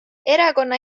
erakonna